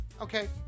Okay